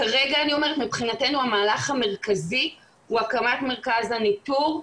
מבחינתנו המהלך המרכזי הוא הקמת מרכז הניטור,